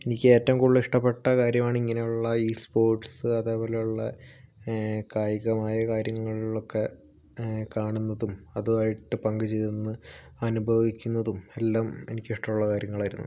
എനിക്ക് ഏറ്റവും കൂടുതൽ ഇഷ്ട്ടപ്പെട്ട കാര്യമാണ് എങ്ങനെ ഉള്ള ഈ സ്പോർട്സ് അതേപോലുള്ള കായികമായ കാര്യങ്ങളിൽ ഒക്കെ കാണുന്നതും അതുമായിട്ട് പങ്കുചേരുന്നതും അനുഭവിക്കുന്നതും എല്ലാം എനിക്ക് ഇഷ്ട്ടമുള്ള കാര്യങ്ങൾ ആയിരുന്നു